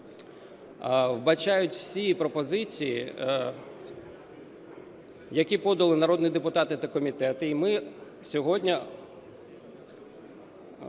вбачають всі пропозиції, які подали народні депутати та комітети.